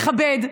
לכבד,